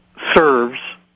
serves